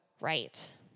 right